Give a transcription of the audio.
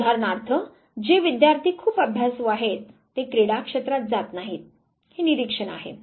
उदाहरणार्थ जे विद्यार्थी खूप अभ्यासू आहेत ते क्रीडा क्षेत्रात जात नाहीत हे निरीक्षण आहे